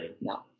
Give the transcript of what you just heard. No